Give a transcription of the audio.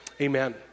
Amen